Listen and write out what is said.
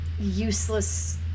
useless